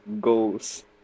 goals